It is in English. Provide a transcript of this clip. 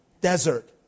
Desert